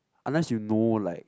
unless you know like